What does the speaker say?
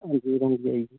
हां जी राम राम जी